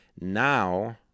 now